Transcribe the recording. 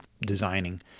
designing